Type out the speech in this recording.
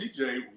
CJ